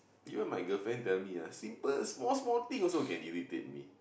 even my girlfriend tell me ah simple small small thing also can irritate me